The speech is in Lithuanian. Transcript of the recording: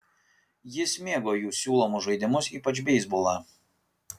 jis mėgo jų siūlomus žaidimus ypač beisbolą